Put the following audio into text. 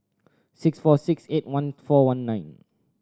six four six eight one four one nine